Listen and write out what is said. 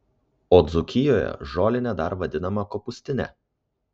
o dzūkijoje žolinė dar vadinama kopūstine